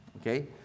okay